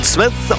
Smith